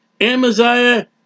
Amaziah